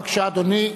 בבקשה, אדוני.